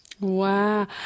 Wow